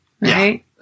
Right